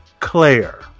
Claire